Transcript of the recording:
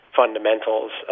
fundamentals